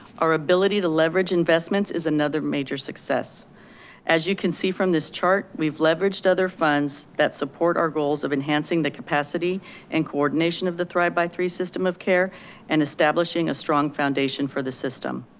our ability to leverage investments is another major success as you can see from this chart, we've leveraged other funds that support our goals of enhancing the capacity and coordination of the thrive by three system of care and establishing a strong foundation for the system.